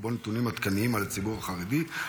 ובו נתונים עדכניים על הציבור החרדי.